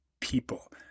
people